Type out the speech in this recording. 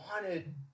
wanted